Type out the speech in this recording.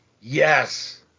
Yes